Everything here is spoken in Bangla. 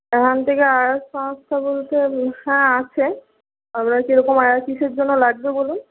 এখান থেকে আয়ার সংস্থা বলতে হ্যাঁ আছে আপনার কীরকম আয়া কীসের জন্য লাগবে বলুন